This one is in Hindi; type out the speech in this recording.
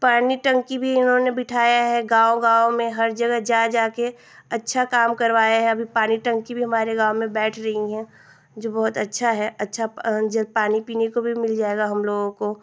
पानी टन्की भी उन्होंने बिठाई है गाँव गाँव में हर जगह जा जाकर अच्छा काम करवाया है अभी पानी टन्की हमारे गाँव में बैठ रही है जो बहुत अच्छा है अच्छा पानी पीने को भी मिल जाएगा हमलोगों को